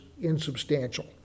insubstantial